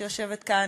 שיושבת כאן,